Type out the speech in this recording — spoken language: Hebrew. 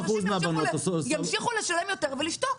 נשים ימשיכו לשלם יותר ולשתוק.